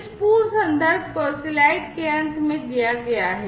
इस पूर्ण संदर्भ को स्लाइड के अंत में दिया गया है